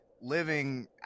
living